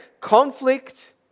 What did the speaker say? Conflict